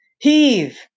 Heave